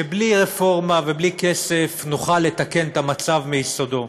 שבלי רפורמה ובלי כסף נוכל לתקן את המצב מיסודו.